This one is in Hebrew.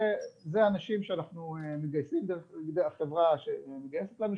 אלו אנשים שאנחנו מגייסים על ידי החברה שמגייסת לנו,